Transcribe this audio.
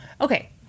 Okay